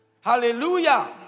Hallelujah